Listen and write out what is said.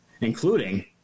including